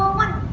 one